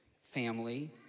family